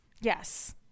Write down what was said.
Yes